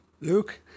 Luke